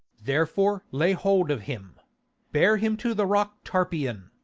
therefore lay hold of him bear him to the rock tarpeian,